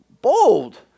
bold